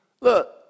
Look